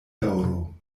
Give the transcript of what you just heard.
daŭro